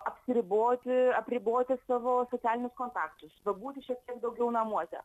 apsiriboti apriboti savo socialinius kontaktus pabūti šiek tiek daugiau namuose